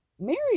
Mary